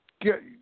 get